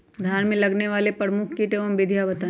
धान में लगने वाले प्रमुख कीट एवं विधियां बताएं?